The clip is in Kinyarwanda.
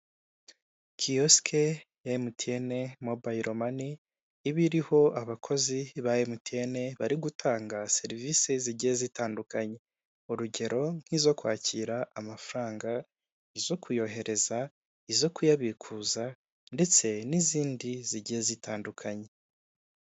Kiyosike ya MTN mobiyiro mani, iba iriho abakozi ba MTN bari gutanga serivisi zigiye zitandukanye, urugero nk'izo kwakira amafaranga, izo kuyohereza, izo kuyabikuza ndetse n'izindi zigiye zitandukanye.